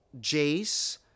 Jace